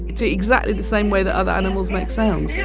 it's exactly the same way that other animals make sounds yeah